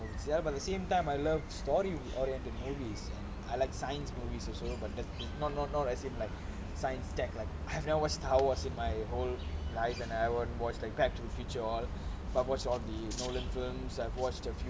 ya but the same time I love story oriented movies and I like science movies also but that not not not as in like science technology like I've never watch star trek in my whole life and I won't watch like back to the future but I've watch all the nolan films I've watched a few